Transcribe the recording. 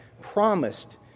promised